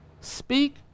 Speak